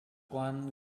one